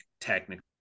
technically